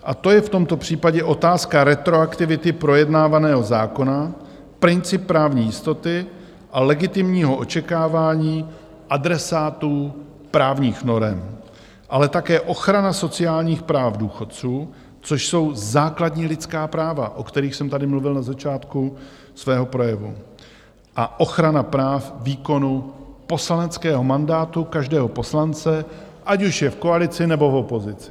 A to je v tomto případě otázka retroaktivity projednávaného zákona, princip právní jistoty a legitimního očekávání adresátů právních norem, ale také ochrana sociálních práv důchodců, což jsou základní lidská práva, o kterých jsem tady mluvil na začátku svého projevu, a ochrana práv výkonu poslaneckého mandátu každého poslance, ať už je v koalici, nebo v opozici.